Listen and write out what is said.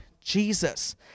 Jesus